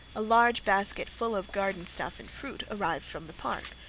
a large basket full of garden stuff and fruit arrived from the park,